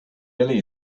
really